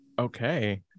Okay